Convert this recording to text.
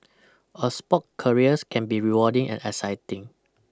a spork careers can be rewarding and exciting